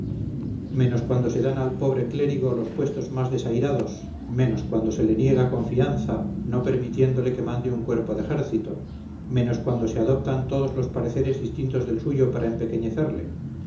menos cuando se dan al pobre clérigo los puestos más desairados menos cuando se le niega confianza no permitiéndole que mande un cuerpo de ejército menos cuando se adoptan todos los pareceres distintos del suyo para empequeñecerle